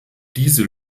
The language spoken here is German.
diese